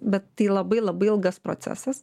bet tai labai labai ilgas procesas